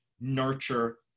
nurture